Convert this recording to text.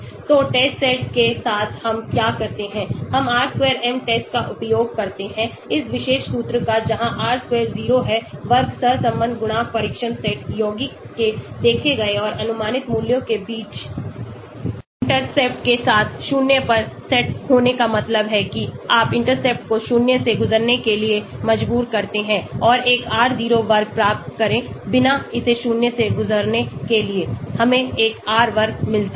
तो test set के साथ हम क्या करते हैं हम r square m टेस्ट का उपयोग करते हैं इस विशेषसूत्रका जहांr square 0 है वर्ग सहसंबंध गुणांक परीक्षण सेट यौगिक के देखे गए और अनुमानित मूल्यों के बीच इंटरसेप्ट के साथ शून्य पर सेट होने का मतलब है कि आप इंटरसेप्ट को शून्य से गुजरने के लिए मजबूर करते हैं और एक r0 वर्ग प्राप्त करें बिना इसे शून्य से गुजरने के लिए हमें एक r वर्ग मिलता है